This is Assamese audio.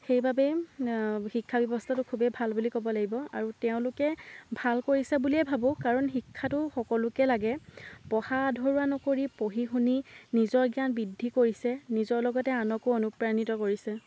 সেইবাবে শিক্ষাব্যৱস্থাটো খুবেই ভাল বুলি ক'ব লাগিব আৰু তেওঁলোকে ভাল কৰিছে বুলিয়ে ভাবোঁ কাৰণ শিক্ষাটো সকলোকে লাগে পঢ়া আধৰুৱা নকৰি পঢ়ি শুনি নিজৰ জ্ঞান বৃদ্ধি কৰিছে নিজৰ লগতে আনকো অনুপ্ৰাণিত কৰিছে